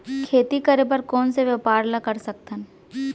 खेती करे बर कोन से व्यापार ला कर सकथन?